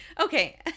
Okay